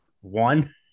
One